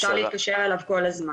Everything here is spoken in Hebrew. אפשר להתקשר אליו כל הזמן.